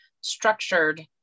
structured